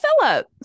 philip